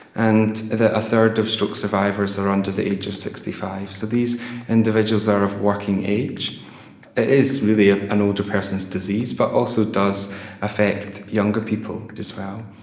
and that a third of stroke survivors are under the age of sixty five. so these individuals are of working age. it is really ah an older person's disease but also does affect younger people as well.